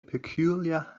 peculiar